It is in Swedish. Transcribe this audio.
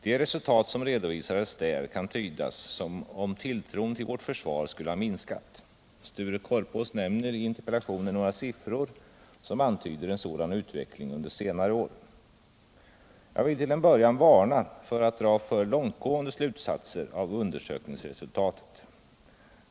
De resultat som redovisades där kan tydas som om tilltron till vårt försvar skulle ha minskat. Sture Korpås nämner i interpellationen några siffror som antyder en sådan utveckling under senare år. Jag vill till en början varna för att dra för långtgående slutsatser av undersökningsresultatet.